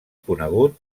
conegut